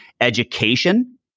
education